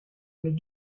une